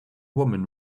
woman